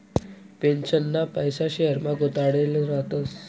पेन्शनना पैसा शेयरमा गुताडेल रातस